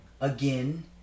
Again